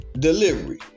Delivery